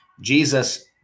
Jesus